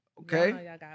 Okay